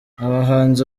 abahanzi